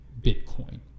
Bitcoin